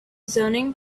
zoning